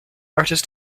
artist